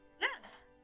Yes